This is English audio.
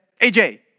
AJ